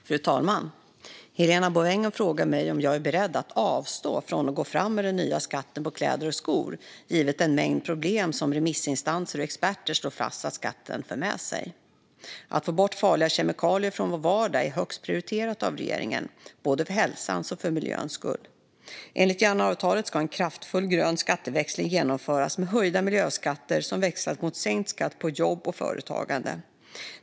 Fru talman! har frågat mig om jag är beredd att avstå från att gå fram med den nya skatten på kläder och skor givet den mängd problem som remissinstanser och experter fastslår att skatten för med sig. Att få bort farliga kemikalier från vår vardag är högt prioriterat av regeringen, både för hälsans och för miljöns skull. Enligt januariavtalet ska en kraftfull grön skatteväxling genomföras med höjda miljöskatter som växlas mot sänkt skatt på jobb och företagande.